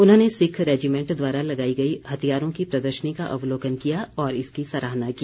उन्होंने सिक्ख रेजीमेंट द्वारा लगाई गई हथियारों की प्रदर्शनी का अवलोकन किया और इसकी सराहना की